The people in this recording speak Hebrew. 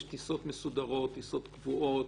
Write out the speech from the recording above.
יש טיסות מסודרות, טיסות קבועות,